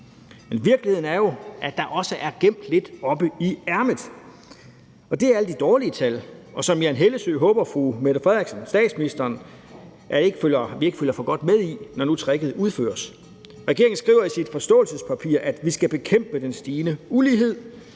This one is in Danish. men virkeligheden er jo, at der også er gemt lidt oppe i ærmet, og det er alle de dårlige tal, og ligesom Jan Hellesøe håber statsministeren, at vi ikke følger for godt med i det, når nu tricket udføres. Regeringen skriver i sit forståelsespapir, at vi skal bekæmpe den stigende ulighed.